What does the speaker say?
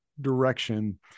direction